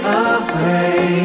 away